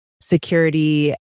security